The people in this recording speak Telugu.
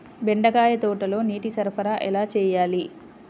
బెండకాయ తోటలో నీటి సరఫరా ఎలా చేయాలి?